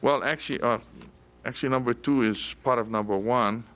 well actually actually number two is part of number one